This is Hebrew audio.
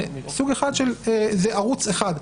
זה ערוץ אחד.